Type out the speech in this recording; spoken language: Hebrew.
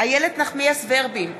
איילת נחמיאס ורבין,